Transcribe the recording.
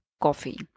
coffee